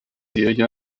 serie